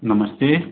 नमस्ते